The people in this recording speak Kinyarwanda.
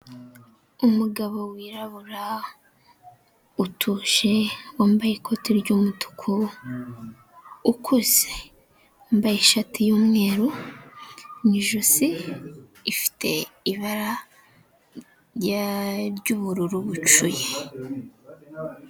Umugabo wirabura, utuje, wambaye ikoti ry’umutuku. Ukuze wambaye ishati y’umweru, mu ijosi ifite ibara ry’ubururu bucuye.